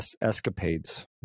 escapades